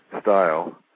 style